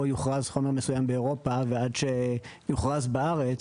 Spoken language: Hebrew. יוכרז חומר מסוים באירופה ועד שיוכרז בארץ,